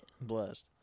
blessed